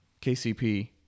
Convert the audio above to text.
KCP